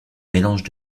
mélange